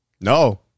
No